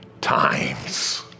times